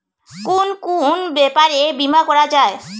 কুন কুন ব্যাপারে বীমা করা যায়?